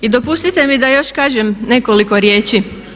I dopustite mi da još kažem nekoliko riječi.